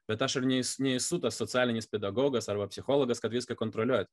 bet aš ir nesu nesu tas socialinis pedagogas arba psichologas kad viską kontroliuot